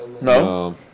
No